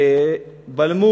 בלמו